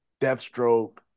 Deathstroke